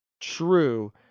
true